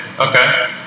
Okay